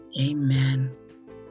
Amen